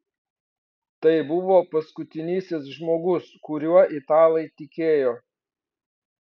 tai buvo paskutinysis žmogus kuriuo italai tikėjo